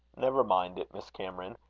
never mind it, miss cameron.